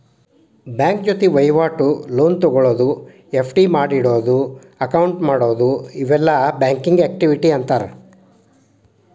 bank ಜೊತಿ ವಹಿವಾಟು, loan ತೊಗೊಳೋದು, ಎಫ್.ಡಿ ಮಾಡಿಡೊದು, ಅಕೌಂಟ್ ಮಾಡೊದು ಇವೆಲ್ಲಾ ಬ್ಯಾಂಕಿಂಗ್ ಆಕ್ಟಿವಿಟಿ ಅಂತಾರ